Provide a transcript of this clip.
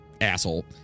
asshole